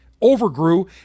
overgrew